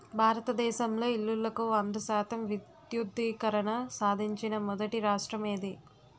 భారతదేశంలో ఇల్లులకు వంద శాతం విద్యుద్దీకరణ సాధించిన మొదటి రాష్ట్రం ఏది?